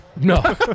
No